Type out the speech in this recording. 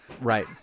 Right